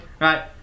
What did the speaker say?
right